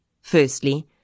Firstly